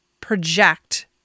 project